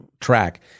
track